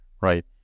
right